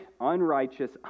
unrighteous